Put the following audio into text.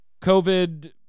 COVID